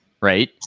right